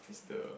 it's the